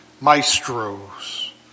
Maestros